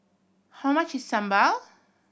how much is sambal